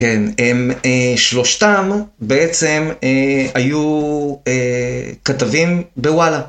הם שלושתם בעצם היו כתבים בוואלה.